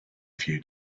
few